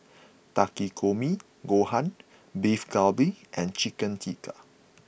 Takikomi Gohan Beef Galbi and Chicken Tikka